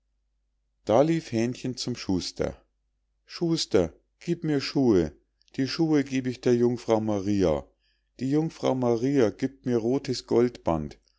da lief hähnchen zum schuster schuster gieb mir schuh die schuh geb ich der jungfrau maria die jungfrau maria giebt mir rothes goldband